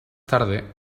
tarde